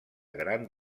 gran